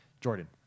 Jordan